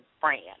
brand